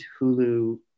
Hulu